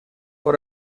por